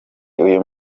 uyu